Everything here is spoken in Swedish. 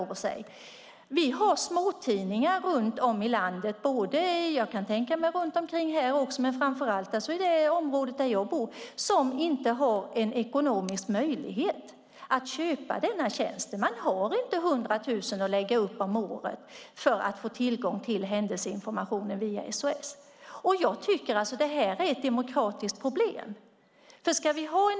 Vi har småtidningar runt om i landet - jag kan tänka mig att det finns sådana även här, men framför allt finns de på sådana platser som den där jag bor - som inte har ekonomisk möjlighet att köpa denna tjänst. Man har inte 100 000 kronor om året att lägga upp för att få tillgång till händelseinformationen via SOS Alarm. Jag tycker att det här är ett demokratiskt problem.